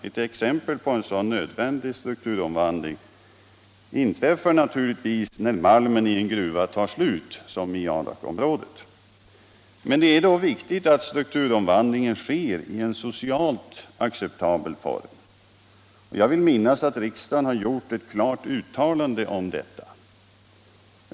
Ett exempel på en sådan nödvändig strukturomvandling är naturligtvis när malmen i en gruva tar slut, som i Adakområdet. Det är då viktigt att strukturomvandlingen sker i en socialt acceptabel form. Jag vill minnas att riksdagen har gjort ett klart uttalande om detta.